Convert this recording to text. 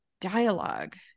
dialogue